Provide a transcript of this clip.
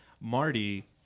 Marty